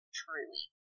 truly